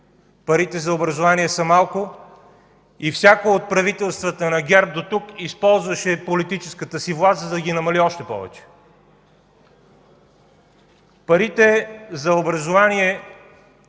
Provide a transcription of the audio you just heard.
Парите за образование са малко и всяко от правителствата на ГЕРБ дотук използваше политическата си власт, за да ги намали още повече. Парите за образование